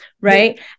Right